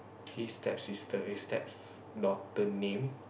his step sister his steps daughter name